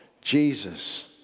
Jesus